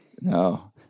No